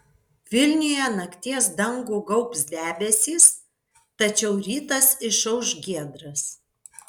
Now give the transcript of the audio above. vilniuje nakties dangų gaubs debesys tačiau rytas išauš giedras